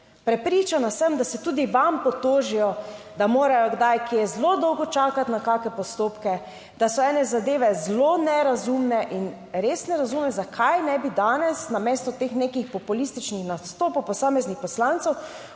Prepričana sem, da se tudi vam potožijo, da morajo kdaj kje zelo dolgo čakati na kakšne postopke, da so ene zadeve zelo nerazumne. In res ne razumem, zakaj ne bi danes namesto teh nekih populističnih nastopov posameznih poslancev